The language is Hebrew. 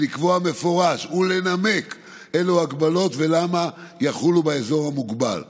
לקבוע במפורש ולנמק אילו הגבלות יחולו באזור המוגבל ולמה.